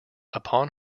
upon